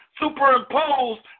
superimposed